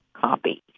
copy